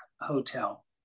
Hotel